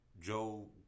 Joe